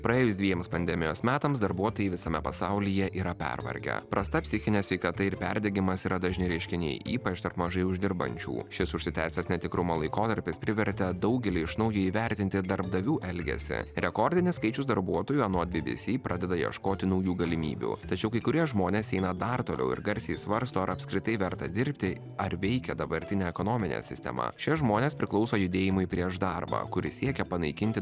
praėjus dviems pandemijos metams darbuotojai visame pasaulyje yra pervargę prasta psichinė sveikata ir perdegimas yra dažni reiškiniai ypač tarp mažai uždirbančių šis užsitęsęs netikrumo laikotarpis privertė daugelį iš naujo įvertinti darbdavių elgesį rekordinis skaičius darbuotojų anot bbc pradeda ieškoti naujų galimybių tačiau kai kurie žmonės eina dar toliau ir garsiai svarsto ar apskritai verta dirbti ar veikia dabartinė ekonominė sistema šie žmonės priklauso judėjimui prieš darbą kuris siekia panaikinti